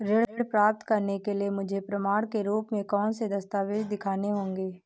ऋण प्राप्त करने के लिए मुझे प्रमाण के रूप में कौन से दस्तावेज़ दिखाने होंगे?